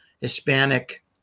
Hispanic